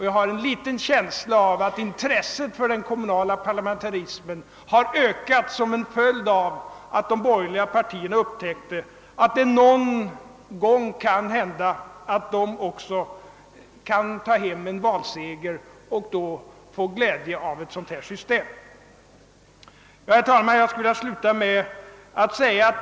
Jag har en liten känsla av att intresset för den kommunala parlamentarismen har ökat som en följd av att de borgerliga partierna upptäckt att det någon gång kan hända att de också kan ta hem en valseger och då få glädje av ett sådant här system. Herr talman!